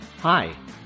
Hi